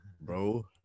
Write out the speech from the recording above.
bro